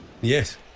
Yes